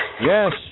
Yes